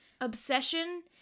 obsession